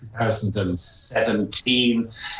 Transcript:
2017